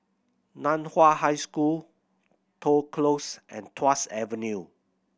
Nan Hua High School Toh Close and Tuas Avenue